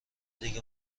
دیگه